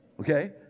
Okay